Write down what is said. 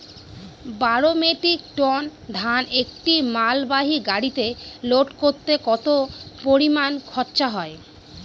বারো metric ton ধান একটি মালবাহী গাড়িতে লোড করতে কতো পরিমাণ খরচা হয়?